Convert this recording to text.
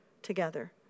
together